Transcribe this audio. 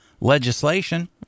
legislation